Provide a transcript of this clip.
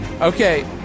Okay